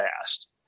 fast